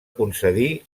concedir